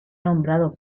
nombrado